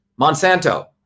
Monsanto